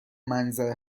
منظره